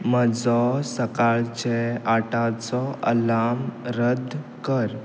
म्हजो सकाळचो आठांचो अलार्म रद्द कर